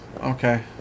Okay